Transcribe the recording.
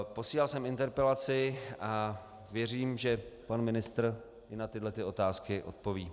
Posílal jsem interpelaci a věřím, že pan ministr mi na tyto otázky odpoví.